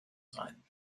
sein